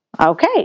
Okay